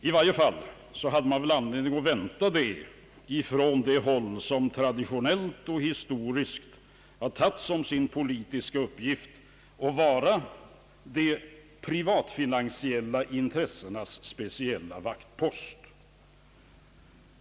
I varje fall hade vi väl anledning att vänta detta från det håll där man traditionellt och historiskt har tagit som sin politiska uppgift att vara de privatfinansiella intressenas speciella vaktpost.